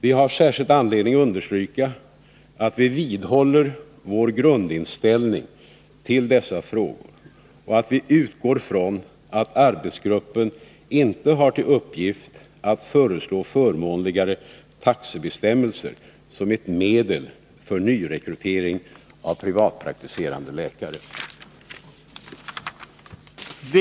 Vi har särskild anledning understryka att vi vidhåller vår grundinställning till dessa frågor och att vi utgår från att arbetsgruppen inte har till uppgift att föreslå förmånligare taxebestämmelser som ett medel för nyrekrytering av privatpraktiserande läkare.